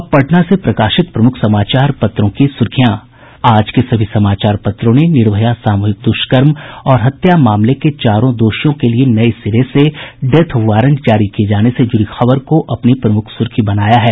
अब पटना से प्रकाशित प्रमुख समाचार पत्रों की सुर्खियां आज के सभी समाचार पत्रों ने निर्भया सामूहिक दुष्कर्म और हत्या मामले के चारों दोषियों के लिये नये सिरे से डेथ वारंट जारी किये जाने से जुड़ी खबर को अपनी प्रमुख सुर्खी बनाया है